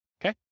okay